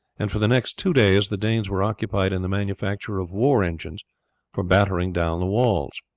and for the next two days the danes were occupied in the manufacture of war-engines for battering down the walls.